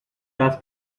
ask